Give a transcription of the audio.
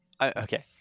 Okay